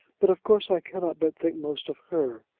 but of course i cannot but think most of her.